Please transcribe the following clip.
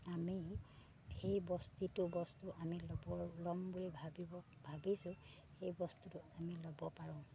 আমি সেই বস্তিটো বস্তু আমি ল'ব ল'ম বুলি ভাবিব ভাবিছোঁ সেই বস্তুটো আমি ল'ব পাৰোঁ